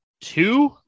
two